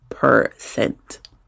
percent